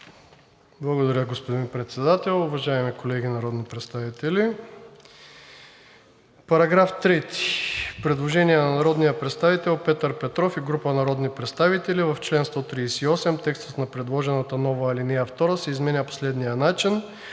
Благодаря, господин Председател. Уважаеми колеги народни представители! По § 3 има предложение на народния представител Петър Петров и група народни представители: „В чл. 138 текстът на предложената нова алинея втора се изменя по следния начин: